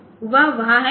तो वह वहाँ है